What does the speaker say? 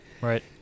Right